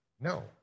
No